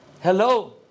Hello